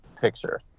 picture